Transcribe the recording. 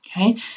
okay